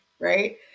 Right